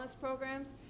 programs